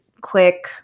quick